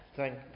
thank